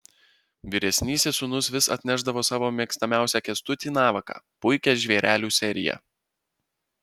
vyresnysis sūnus vis atnešdavo savo mėgstamiausią kęstutį navaką puikią žvėrelių seriją